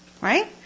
Right